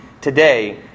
today